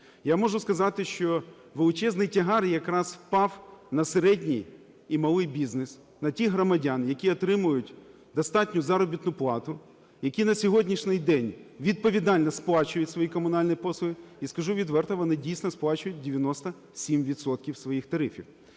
Я можу сказати, що величезний тягар якраз впав на середній і малий бізнес, на тих громадян, які отримають достатню заробітну плату, які на сьогоднішній день відповідально сплачують свої комунальні послуги, і скажу відверто, вони дійсно сплачують 97 відсотків своїх тарифів.